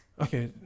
Okay